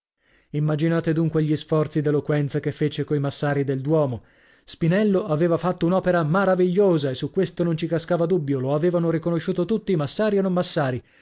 immaginate dunque gli sforzi d'eloquenza che fece coi massari del duomo spinello aveva fatto un'opera maravigliosa e su questo non ci cascava dubbio lo avevano riconosciuto tutti massari e non massari